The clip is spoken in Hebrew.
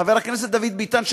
חבר הכנסת דוד ביטן,